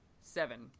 Seven